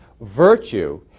Virtue